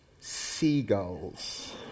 seagulls